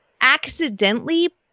accidentally